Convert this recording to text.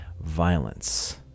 Violence